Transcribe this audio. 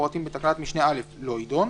המפורטים בתקנת משנה (א) - לא יידון,